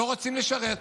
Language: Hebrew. לא רוצים לשרת.